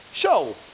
show